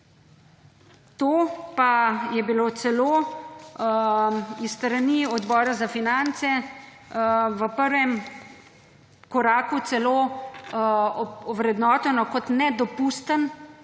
To pa je bilo celo iz strani Odbora za finance v prvem koraku ovrednoteno kot nedopusten